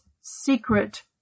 secret